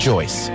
Joyce